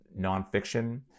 nonfiction